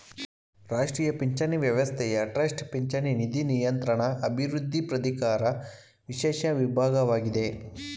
ರಾಷ್ಟ್ರೀಯ ಪಿಂಚಣಿ ವ್ಯವಸ್ಥೆಯ ಟ್ರಸ್ಟ್ ಪಿಂಚಣಿ ನಿಧಿ ನಿಯಂತ್ರಣ ಅಭಿವೃದ್ಧಿ ಪ್ರಾಧಿಕಾರ ವಿಶೇಷ ವಿಭಾಗವಾಗಿದೆ